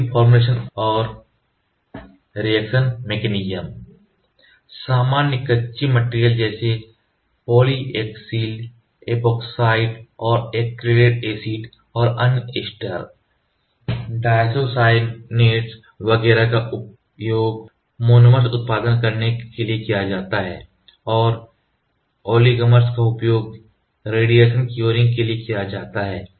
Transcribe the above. resin formulation और reaction mechanism सामान्य कच्ची मटेरियल जैसे पॉलीआक्सिल एपोक्साइड्स और ऐक्रेलिक एसिड और अन्य एस्टर डायसोसायनेट्स वगैरह का उपयोग मोनोमर्स उत्पादन करने के लिए किया जाता है और ओलिगोमर्स का उपयोग रेडिएशन क्यूरिंग के लिए किया जाता है